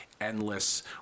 endless